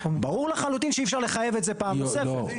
ברור לחלוטין שאי אפשר לחייב אותו פעם נוספת.